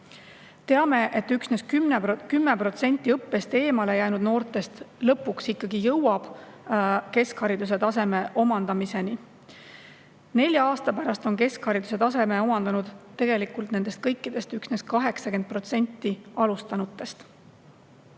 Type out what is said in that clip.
Teame, et üksnes 10% õppest eemale jäänud noortest lõpuks ikkagi jõuab keskhariduse omandamiseni. Nelja aasta pärast on keskhariduse omandanud tegelikult nendest kõikidest üksnes 80% alustanutest.